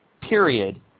period